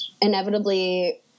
inevitably